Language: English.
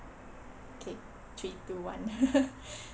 K three two one